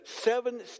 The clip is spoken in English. seven